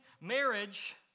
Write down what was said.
marriage